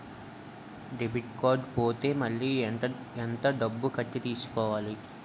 Debit card పోతే మళ్ళీ ఎంత డబ్బు కట్టి తీసుకోవాలి?